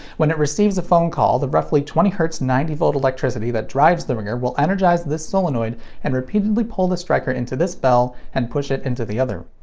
when it receives a phone call, the roughly twenty hz, ninety volt electricity that drives the ringer will energize this solenoid and repeatedly pull the striker into this bell, and push it into the other.